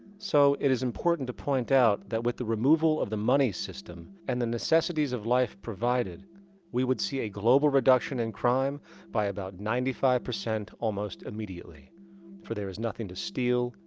so, it is important to point out that with the removal of the money system and the necessities of life provided we would see a global reduction in crime by about ninety five percent almost immediately for there is nothing to steal,